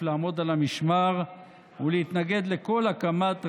לעמוד על המשמר ולהתנגד לכל הקמת רשות,